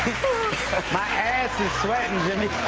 my ass is sweating, jimmy.